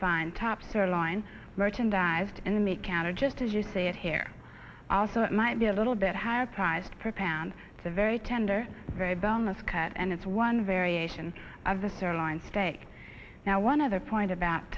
find tops or line merchandised in the make out or just as you say it here also might be a little bit higher price per pound it's a very tender very bonus cut and it's one variation of the sirloin steak now one other point about